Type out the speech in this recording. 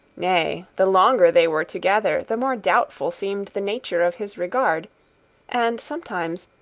nay, the longer they were together the more doubtful seemed the nature of his regard and sometimes,